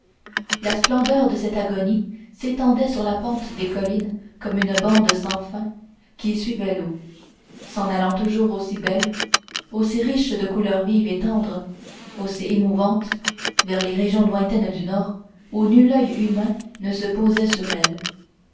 la splendeur de cette agonie s'étendait sur la pente des collines comme sur une bande sans fin qui suivait l'eau s'en allant toujours aussi belle aussi riche de couleurs vives et tendres aussi émouvante vers les régions lointaines du nord où nul oeil humain ne se posait sur elle